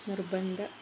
നിർബന്ധ